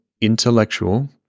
intellectual